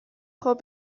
خوب